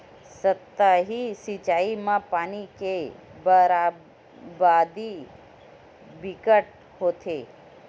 सतही सिचई म पानी के बरबादी बिकट होथे